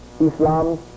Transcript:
Islam